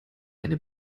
eine